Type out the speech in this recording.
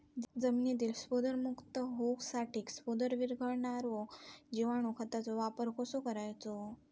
जमिनीतील स्फुदरमुक्त होऊसाठीक स्फुदर वीरघळनारो जिवाणू खताचो वापर कसो करायचो?